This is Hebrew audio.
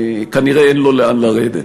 כנראה אין לו לאן לרדת.